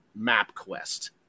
MapQuest